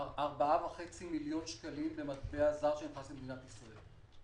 4.5 מיליון שקלים במטבע זר שנכנס למדינת ישראל.